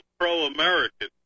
pro-American